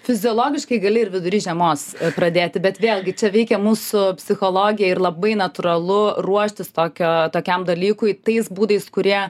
fiziologiškai gali ir vidury žiemos pradėti bet vėlgi čia veikia mūsų psichologija ir labai natūralu ruoštis tokio tokiam dalykui tais būdais kurie